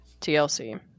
TLC